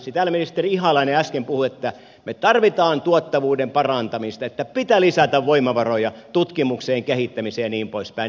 täällä ministeri ihalainen äsken puhui että me tarvitsemme tuottavuuden parantamista että pitää lisätä voimavaroja tutkimukseen kehittämiseen ja niin poispäin